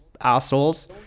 assholes